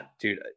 Dude